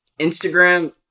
Instagram